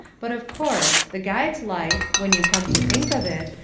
but of course, the guide's life, when you come to think of it,